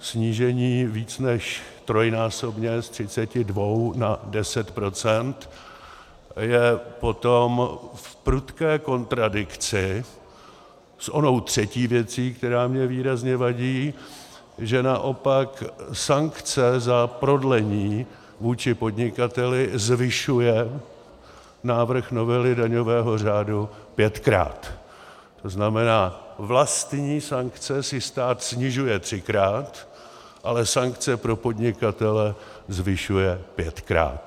Snížení více než trojnásobně z 32 na 10 % je potom v prudké kontradikci s onou třetí věcí, která mně výrazně vadí, že naopak sankce za prodlení vůči podnikateli zvyšuje návrh novely daňového řádu pětkrát, tzn. vlastní sankce si stát snižuje třikrát, ale sankce pro podnikatele zvyšuje pětkrát.